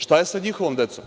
Šta je sa njihovom decom?